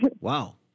Wow